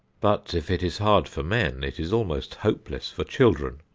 but, if it is hard for men, it is almost hopeless for children,